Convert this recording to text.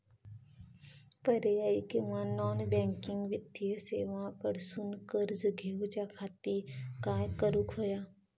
पर्यायी किंवा non banking वित्तीय सेवा कडसून कर्ज घेऊच्या खाती काय करुक होया?